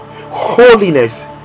holiness